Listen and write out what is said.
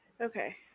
Okay